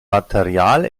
material